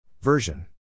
Version